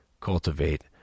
cultivate